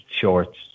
shorts